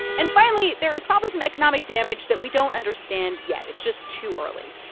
and finally, there is probably some economic damage that we don't understand yet. it's just too early.